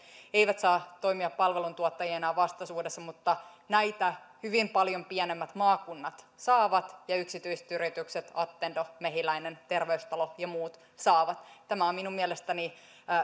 eivät saa toimia palveluntuottajina vastaisuudessa mutta näitä hyvin paljon pienemmät maakunnat saavat ja yksityiset yritykset attendo mehiläinen terveystalo ja muut saavat tämä on minun mielestäni